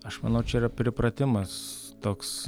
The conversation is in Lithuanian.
aš manau čia yra pripratimas toks